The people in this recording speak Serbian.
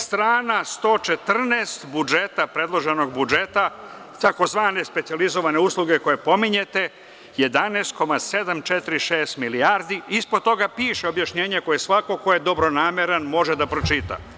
Strana 114. predloženog budžeta, takozvane specijalizovane usluge koje pominjete - 11,7, 46 milijardi, a ispod toga piše objašnjenje koje svako ko je dobronameran može da pročita.